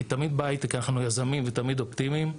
כי תמיד בהייטק אנחנו יזמים ותמיד אופטימיים.